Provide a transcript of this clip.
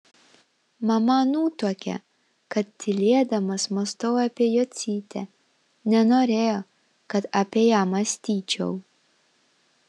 mama nutuokė kad tylėdamas mąstau apie jocytę nenorėjo kad apie ją mąstyčiau